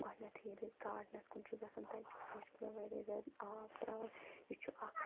گوڈٕنٮ۪تھٕے ییٚلہِ أسۍ گارڈٕنَس کُن چھِ گَژھان تَتہِ چھِ پوشہِ کُلٮ۪ن واریاہ زیادٕ آب ترٛاوان یہِ چھُ اَکھ